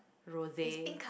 rose